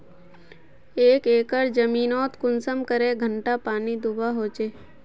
एक एकर जमीन नोत कुंसम करे घंटा पानी दुबा होचए?